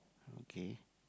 okay